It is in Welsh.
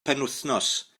penwythnos